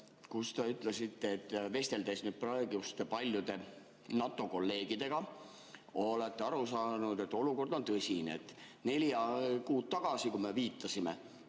kus te ütlesite, et vesteldes paljude praeguste NATO-kolleegidega, olete aru saanud, et olukord on tõsine. Neli kuud tagasi, kui me viitasime